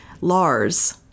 Lars